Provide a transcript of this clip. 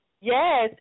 Yes